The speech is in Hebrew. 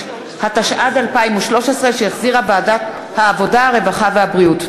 25 בעד, שני מתנגדים ואין נמנעים.